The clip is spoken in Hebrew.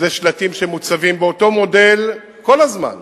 אלה שלטים שמוצבים באותו מודל כל הזמן,